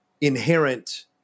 inherent